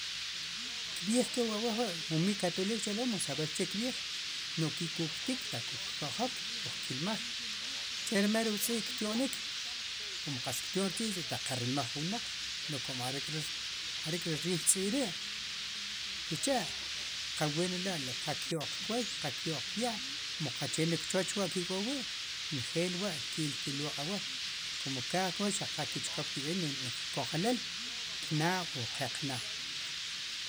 Kb'iij ke wu awaj wa' mu mikatulik cha' lo mu saber che kb'iij nu'j ki kuktik taq kuj kka'jok uj kilmaj chermal re wu tz'i' ktionik kumu katz ktio'n ri tz'i' taq qa rilmaj jun wnaq nuj komo are' k'riril tz'i' ri' sicha' qa wuen rila' la qa kyo'q kwey qa kyo'q kya' mu qache lo kchoch wa ki' k'oob' wi' nejel wa' ki'l kiloq' ke awaj komu kaaj ki wa' xaq qa ki chkop nu'j konjelil kna' wu qe qna'